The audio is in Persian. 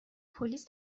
پلیس